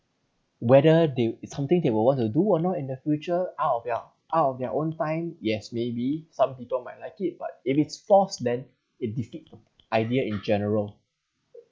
whether they it's something they will want to do or not in the future out of your out of their own time yes maybe some people might like it but if it's forced then it defeats the idea in general